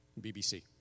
BBC